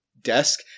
desk